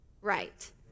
right